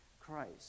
Christ